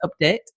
update